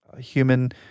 human